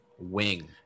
wing